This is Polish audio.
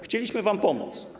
Chcieliśmy wam pomóc.